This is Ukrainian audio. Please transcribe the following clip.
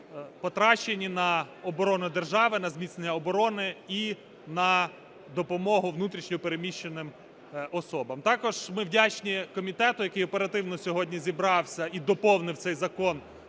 потрачені на оборону держави, на зміцнення оборони і на допомогу внутрішньо переміщеним особам. Також ми вдячні комітету, який оперативно сьогодні зібрався і доповнив цей закон